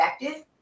effective